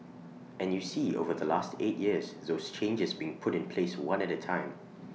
and you see over the last eight years those changes being put in place one at A time